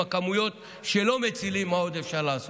עם הכמויות שלא מצילים מה עוד אפשר לעשות.